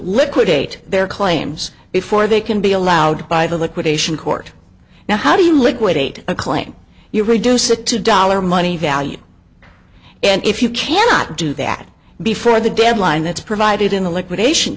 liquidate their claims before they can be allowed by the liquidation court now how do you liquidate a claim you reduce it to dollar money value and if you cannot do that before the deadline that's provided in a liquidation